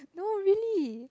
no really